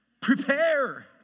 Prepare